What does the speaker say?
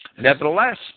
Nevertheless